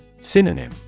Synonym